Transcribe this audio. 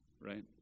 right